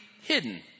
hidden